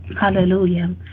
hallelujah